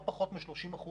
אבל לא פחות מ-30%